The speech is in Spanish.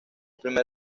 primer